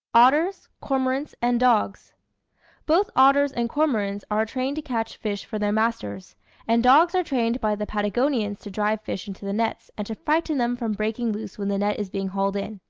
otters, cormorants, and dogs both otters and cormorants are trained to catch fish for their masters and dogs are trained by the patagonians to drive fish into the nets, and to frighten them from breaking loose when the net is being hauled in.